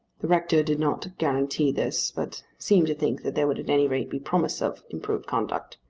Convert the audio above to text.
the rector did not guarantee this but seemed to think that there would at any rate be promise of improved conduct.